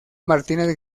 martínez